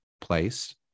place